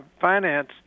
finance